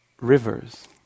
rivers